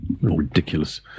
Ridiculous